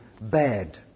bad